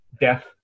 death